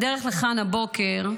בדרך לכאן הבוקר,